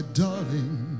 darling